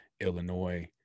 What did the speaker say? Illinois